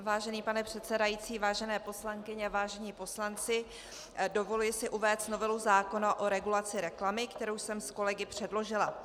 Vážený pane předsedající, vážené poslankyně, vážení poslanci, dovoluji si uvést novelu zákona o regulaci reklamy, kterou jsem s kolegy předložila.